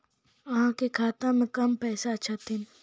अहाँ के खाता मे कम पैसा छथिन?